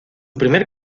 primer